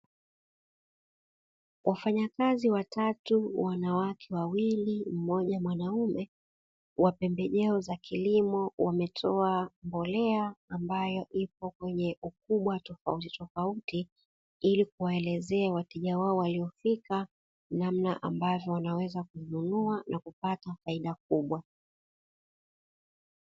Wafanyakazi watatu, wanawake wawili mmoja mwanaume, wa pembejeo za kilimo. Wametoa mbolea ambayo ipo kwenye ukubwa tofauti tofauti, ili kuwaelezea wateja wao waliofika namna ambavyo wanaweza kununua na kupata faida kubwa.